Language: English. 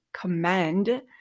commend